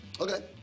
Okay